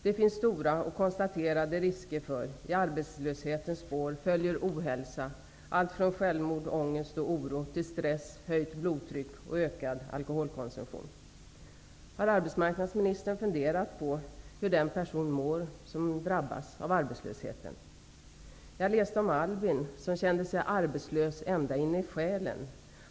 Det finns stora och konstaterade risker för att i arbetslöshetens spår skall följa ohälsa, allt från självmord, ångest och oro till stress, höjt blodtryck och ökad alkoholkonsumtion. Jag läste om Albin, som kände sig arbetslös ända in i själen.